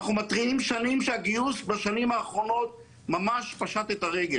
אנחנו מתריעים שנים שהגיוס בשנים האחרונות ממש פשוט את הרגל.